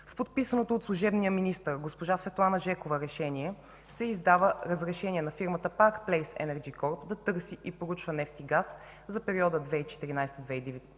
С подписаното от служебния министър госпожа Светлана Жекова решение се издава разрешение на фирмата „Парк Плейс Енерджи Корп” да търси и проучва нефт и газ за периода 2014 –2019